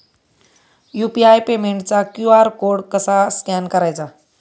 UPI पेमेंटचा QR code कसा scan करायचा?